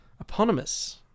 Eponymous